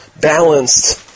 balanced